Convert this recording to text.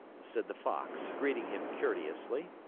said the fox, greeting him courteously.